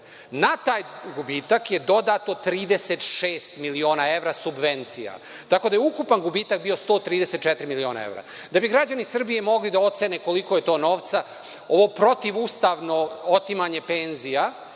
Na taj gubitak je dodato 36 miliona evra subvencija, tako da je ukupan gubitak bio 134 miliona evra. Da bi građani Srbije mogli da ocene koliko je to novca, ovo protivustavno otimanje penzija